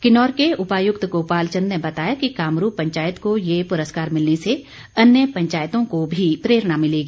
किन्नौर के उपायुक्त गोपाल चंद ने बताया कि कामरू पंचायत को ये पुरस्कार मिलने से अन्य पंचायतों को भी प्रेरणा मिलेगी